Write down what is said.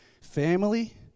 family